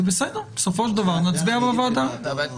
בסופו של דבר נצביע בוועדה.